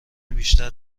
بیشتر